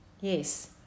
yes